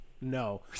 No